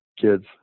kids